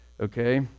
okay